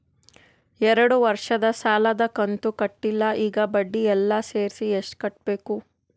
ಎರಡು ವರ್ಷದ ಸಾಲದ ಕಂತು ಕಟ್ಟಿಲ ಈಗ ಬಡ್ಡಿ ಎಲ್ಲಾ ಸೇರಿಸಿ ಎಷ್ಟ ಕಟ್ಟಬೇಕು?